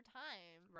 time